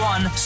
One